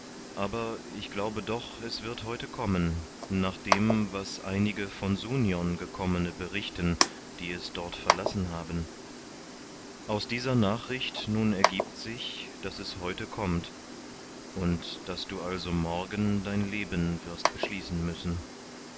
aber ich glaube doch es wird heute kommen nach dem was einige von sunion gekommene berichten die es dort verlassen haben aus dieser nachricht nun ergibt sich daß es heute kommt und daß du also morgen dein leben wirst beschließen müssen